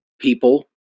people